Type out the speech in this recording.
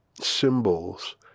symbols